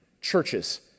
churches